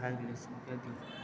भए गेलय समाप्त छोड़ि दियौ